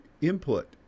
input